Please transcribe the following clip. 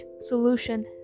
solution